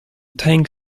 tang